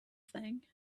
thing